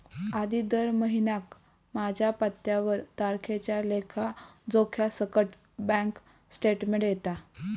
आधी दर महिन्याक माझ्या पत्त्यावर तारखेच्या लेखा जोख्यासकट बॅन्क स्टेटमेंट येता